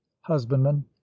husbandman